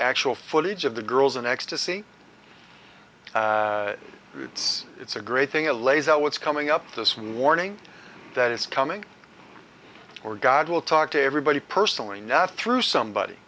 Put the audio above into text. actual footage of the girls in ecstasy roots it's a great thing it lays out what's coming up this warning that it's coming or god will talk to everybody personally now through somebody